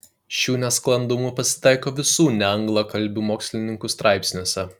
šių nesklandumų pasitaiko visų neanglakalbių mokslininkų straipsniuose